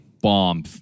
bomb